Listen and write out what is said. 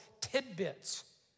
tidbits